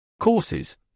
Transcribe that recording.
Courses